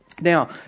Now